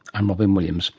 i'm robyn williams